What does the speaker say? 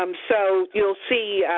um so you'll see